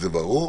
זה ברור.